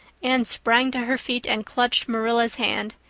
anne sprang to her feet and clutched marilla's hand.